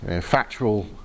factual